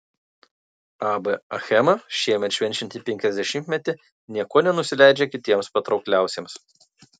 ab achema šiemet švenčianti penkiasdešimtmetį niekuo nenusileidžia kitiems patraukliausiems